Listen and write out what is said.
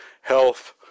health